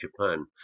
Japan